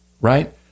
right